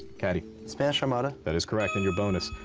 catty. spanish armada. that is correct. and your bonus.